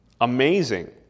Amazing